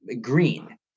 green